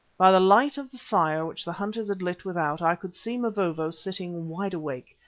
by the light of the fire which the hunters had lit without i could see mavovo sitting wide awake,